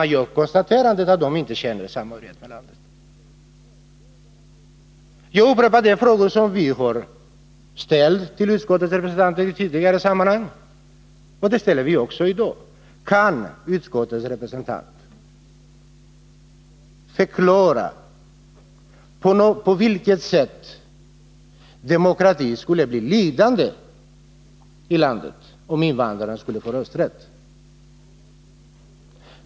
Jag upprepar de frågor som vi tidigare har ställt till utskottets representanter: Kan utskottets representanter förklara på vilket sätt demokratin i landet skulle bli lidande om invandrarna fick rösträtt?